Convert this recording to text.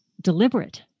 deliberate